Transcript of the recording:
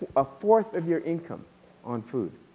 a fourth of your income on food.